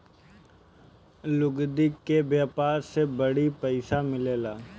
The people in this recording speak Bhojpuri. लुगदी के व्यापार से बड़ी पइसा मिलेला